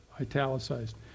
italicized